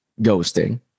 ghosting